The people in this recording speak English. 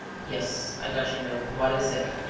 yes i got your note. what is it?